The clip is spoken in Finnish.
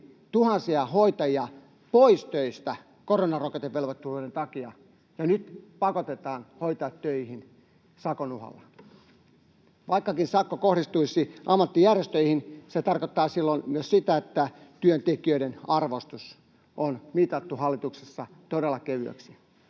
tuhansia hoitajia pois töistä koronarokotevelvoittavuuden takia, ja nyt pakotetaan hoitajat töihin sakon uhalla. Vaikkakin sakko kohdistuisi ammattijärjestöihin, se tarkoittaa silloin myös sitä, että työntekijöiden arvostus on mitattu hallituksessa todella kevyeksi.